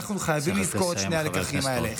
אנחנו חייבים לזכור את שני הלקחים האלה,